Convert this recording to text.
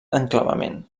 enclavament